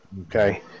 Okay